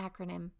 acronym